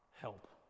Help